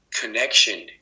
connection